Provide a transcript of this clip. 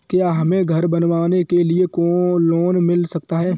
क्या हमें घर बनवाने के लिए लोन मिल सकता है?